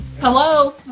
Hello